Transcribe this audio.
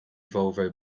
volvo